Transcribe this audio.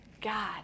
God